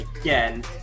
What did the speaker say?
again